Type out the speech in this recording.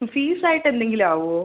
മ്മ് fees ആയിട്ട് എന്തെങ്കിലും ആവുമോ